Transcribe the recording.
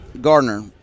Gardner